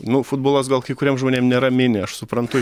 nu futbolas gal kai kuriem žmonėm nėra mini aš suprantu